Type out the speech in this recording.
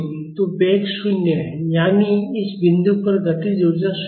तो वेग 0 है यानी इस बिंदु पर गतिज ऊर्जा 0 है